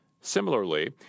Similarly